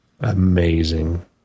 Amazing